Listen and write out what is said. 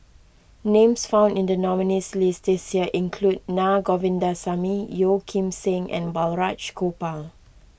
names found in the nominees' list this year include Naa Govindasamy Yeo Kim Seng and Balraj Gopal